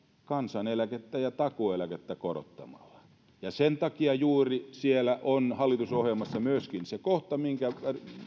kansaneläkettä ja takuueläkettä korottamalla ja sen takia juuri hallitusohjelmassa on myöskin se kohta minkä